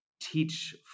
teach